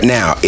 Now